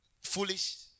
foolish